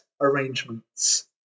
arrangements